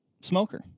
smoker